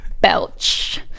belch